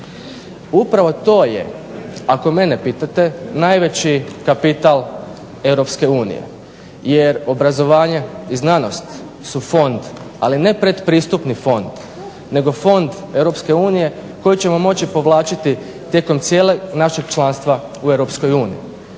Upravo to je ako mene pitate najveći kapital EU. Jer obrazovanje i znanosti su fond ali ne predpristupni fond nego fond EU koje ćemo moći povlačiti tijekom cijelog našeg članstva u EU. Dakle, to je